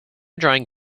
drawing